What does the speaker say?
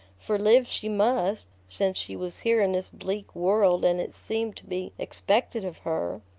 for live she must, since she was here in this bleak world and it seemed to be expected of her.